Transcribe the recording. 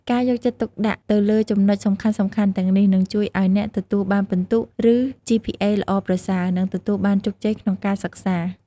ការយកចិត្តទុកដាក់ទៅលើចំណុចសំខាន់ៗទាំងនេះ នឹងជួយឱ្យអ្នកទទួលបានពិន្ទុ ឬ ជីភីអេ ល្អប្រសើរ និងទទួលបានជោគជ័យក្នុងការសិក្សា។